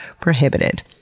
prohibited